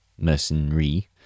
mercenary